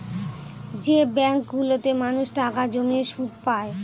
যে ব্যাঙ্কগুলোতে মানুষ টাকা জমিয়ে সুদ পায়